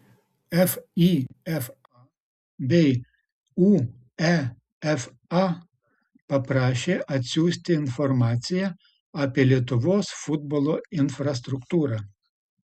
fifa bei uefa paprašė atsiųsti informaciją apie lietuvos futbolo infrastruktūrą